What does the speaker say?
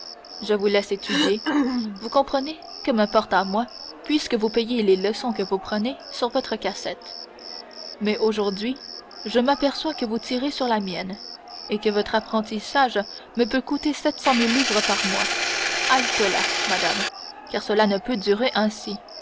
je vous laisse étudier vous comprenez que m'importe à moi puisque vous payez les leçons que vous prenez sur votre cassette mais aujourd'hui je m'aperçois que vous tirez sur la mienne et que votre apprentissage me peut coûter sept cent mille francs par mois halte-là madame car cela ne peut durer ainsi